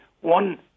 one